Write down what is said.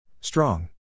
Strong